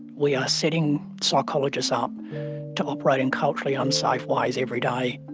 we are setting psychologists up to operate in culturally unsafe ways every day.